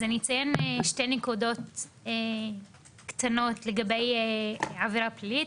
אני אציין שתי נקודות לגבי עבירה פלילית: